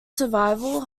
survival